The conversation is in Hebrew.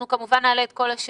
אנחנו כמובן נעלה את כל השאלות.